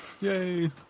Yay